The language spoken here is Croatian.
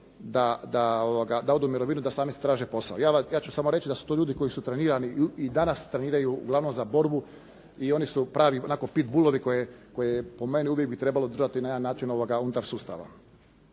da odu u mirovinu i da sami si traže posao. Ja ću samo reći da su to ljudi koji su trenirani i danas treniraju uglavnom za borbu i oni su pravi onako pit bulovi koje po meni uvijek bi trebalo držati na jedan način unutar sustava.